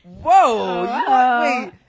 whoa